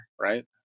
right